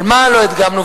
אבל מה לא הדגמנו?